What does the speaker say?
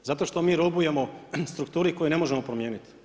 Zato što mi robujemo strukturi koju ne može promijeniti.